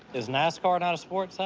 is nascar not a sport, si?